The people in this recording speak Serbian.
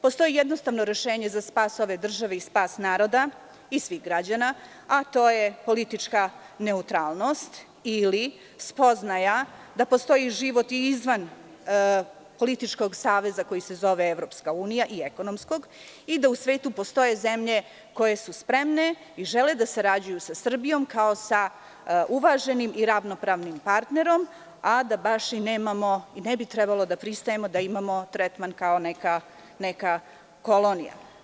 Postoji jednostavno rešenje za spas ove države i spas naroda i svih građana, a to je politička neutralnost ili spoznaja da postoji život i izvan političkog saveza koji se zove EU i ekonomskog i da u svetu postoje zemlje koje su spremne i žele da sarađuju sa Srbijom, kao sa uvaženim i ravnopravnim partnerom, a da baš i ne bi trebalo da pristajemo da imamo tretman kao neka kolonija.